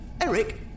Eric